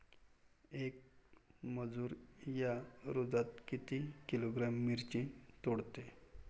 येक मजूर या रोजात किती किलोग्रॅम मिरची तोडते?